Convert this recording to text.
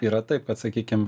yra taip kad sakykim